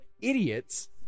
idiots